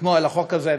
חתמו על החוק הזה,